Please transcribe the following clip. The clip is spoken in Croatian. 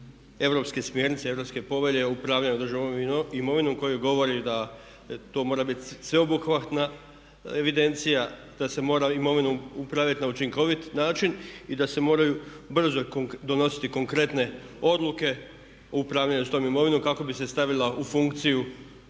europske smjernice, europske povelje o upravljanju državnom imovinom koji govori da to mora biti sveobuhvatna evidencija, da se mora imovinom upravljati na učinkovit način i da se moraju brzo donositi konkretne odluke o upravljanju s tom imovinom kako bi se stavila u funkciju